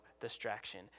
distraction